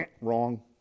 Wrong